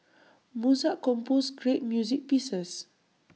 Mozart composed great music pieces